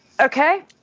Okay